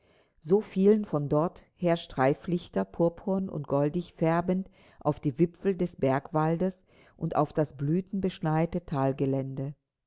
so fielen von dort her streiflichter purpurn und goldig färbend auf die wipfel des bergwaldes und auf das blütenbeschneite